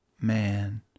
Man